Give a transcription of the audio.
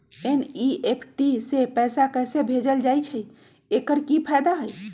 NEFT से पैसा कैसे भेजल जाइछइ? एकर की फायदा हई?